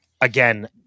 again